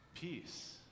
Peace